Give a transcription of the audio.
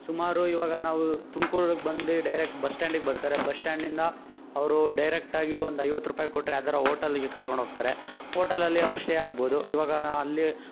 ಸುಮಾರು ಇವಾಗ ನಾವು ತುಮ್ಕೂರಿಗೆ ಬಂದು ಡೈರೆಕ್ಟ್ ಬಸ್ ಸ್ಟ್ಯಾಂಡಿಗೆ ಬರ್ತಾರೆ ಬಸ್ ಸ್ಟ್ಯಾಂಡಿಂದ ಅವರು ಡೈರೆಕ್ಟಾಗಿ ಒಂದು ಐವತ್ತು ರೂಪಾಯಿ ಕೊಟ್ಟರೆ ಯಾವ್ದಾರೂ ಓಟಲ್ಲಿಗೆ ಕರ್ಕೊಂಡು ಹೋಗ್ತಾರೆ ಓಟಲಲ್ಲಿ ಅವರು ಸ್ಟೇ ಆಗ್ಬೋದು ಇವಾಗ ಅಲ್ಲಿ